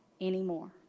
anymore